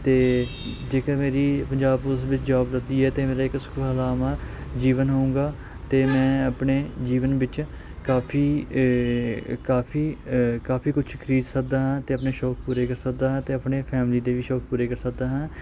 ਅਤੇ ਜੇਕਰ ਮੇਰੀ ਪੰਜਾਬ ਪੁਲਿਸ ਵਿੱਚ ਜੋਬ ਲੱਗਦੀ ਹੈ ਤਾਂ ਮੇਰੇ ਇੱਕ ਸੁਖਲਾਵਾਂ ਜੀਵਨ ਹੋਵੇਗਾ ਅਤੇ ਮੈਂ ਆਪਣੇ ਜੀਵਨ ਵਿੱਚ ਕਾਫੀ ਕਾਫੀ ਅ ਕਾਫੀ ਕੁਛ ਖਰੀਦ ਸਕਦਾ ਹਾਂ ਅਤੇ ਆਪਣੇ ਸ਼ੌਂਕ ਪੂਰੇ ਕਰ ਸਕਦਾ ਹਾਂ ਅਤੇ ਆਪਣੇ ਫੈਮਿਲੀ ਦੇ ਵੀ ਸ਼ੌਂਕ ਪੂਰੇ ਕਰ ਸਕਦਾ ਹਾਂ